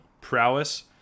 prowess